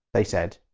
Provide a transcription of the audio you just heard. they said.